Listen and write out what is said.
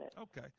Okay